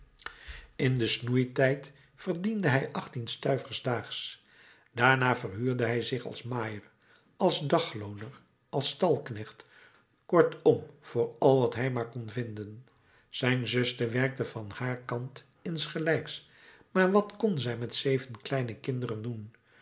in den snoeitijd verdiende hij achttien stuivers daags daarna verhuurde hij zich als maaier als daglooner als stalknecht kortom voor al wat hij maar kon vinden zijn zuster werkte van haar kant insgelijks maar wat kon zij met zeven kleine kinderen doen